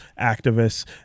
activists